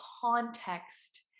context